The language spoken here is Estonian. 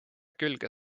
külge